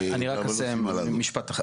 אני רק אסיים משפט אחד.